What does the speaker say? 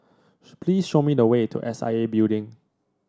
please show me the way to S I A Building